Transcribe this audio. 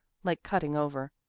like cutting over.